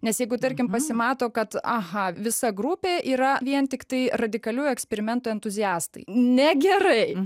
nes jeigu tarkim pasimato kad aha visa grupė yra vien tiktai radikalių eksperimentų entuziastai negerai